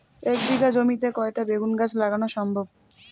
এক বিঘা জমিতে কয়টা বেগুন গাছ লাগানো সম্ভব?